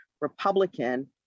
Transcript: Republican